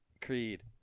Creed